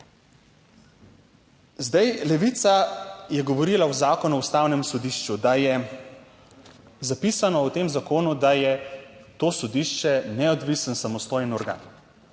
Zdaj, Levica je govorila o Zakonu o Ustavnem sodišču, da je zapisano v tem zakonu, da je to sodišče neodvisen, samostojen organ,